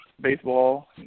baseball